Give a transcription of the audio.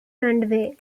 underway